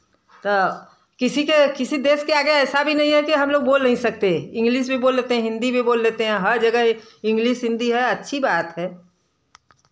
तो किसी के किसी देश के आगे ऐसा भी नहीं है कि हम लोग बोल नहीं सकते इंग्लिस भी बोल लेते हैं हिंदी भी बोल लेते हैं हर जगह इंग्लिस हिंदी है अच्छी बात है